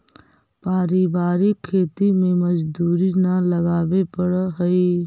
पारिवारिक खेती में मजदूरी न लगावे पड़ऽ हइ